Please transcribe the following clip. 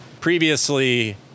previously